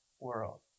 world